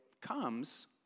comes